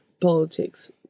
politics